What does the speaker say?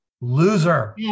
loser